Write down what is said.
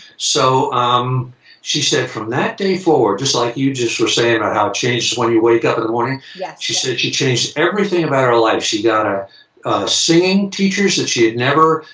so um she said from that day forward, just like you just were saying about how it changed when you wake up in the morning. yes. yeah she said she changed everything about her life. she got her singing teachers that she'd never,